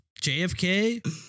JFK